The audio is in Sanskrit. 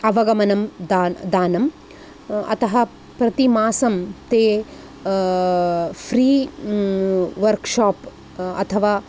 अवगमनं दा दानं अतः प्रतिमासं ते फ़्री वर्क्शाप् अथवा